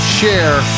share